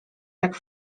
tak